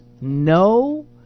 no